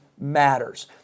matters